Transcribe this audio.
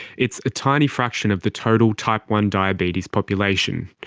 it's a tiny fraction of the total type one diabetes population.